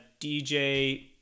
DJ